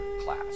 class